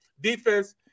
defense